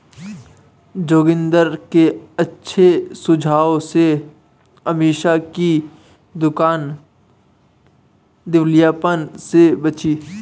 जोगिंदर के अच्छे सुझाव से अमीषा की दुकान दिवालियापन से बची